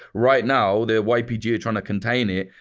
right now, the ypg are trying to contain it.